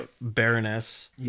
Baroness